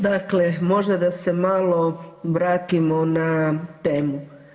Dakle, možda da se malo vratimo na temu.